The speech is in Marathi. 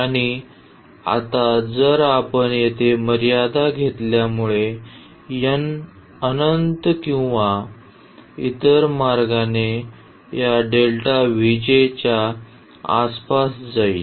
आणि आता जर आपण येथे मर्यादा घेतल्यामुळे n अनंत किंवा इतर मार्गाने या च्या आसपास जाईल